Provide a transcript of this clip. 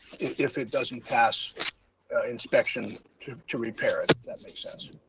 if it doesn't pass inspection to to repair it, if that makes sense.